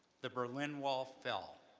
the berlin wall fell,